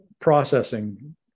processing